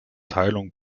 teilung